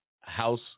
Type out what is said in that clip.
House